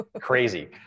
crazy